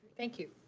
thank you.